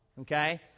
okay